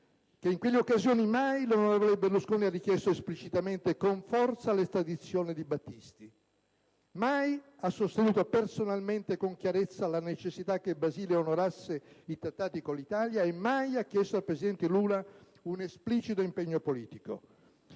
che in quelle occasioni mai l'onorevole Berlusconi ha richiesto esplicitamente con forza l'estradizione di Battisti, mai ha sostenuto personalmente con chiarezza la necessità che il Brasile onorasse i trattati con l'Italia e mai ha chiesto al presidente Lula un esplicito impegno politico.